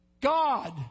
God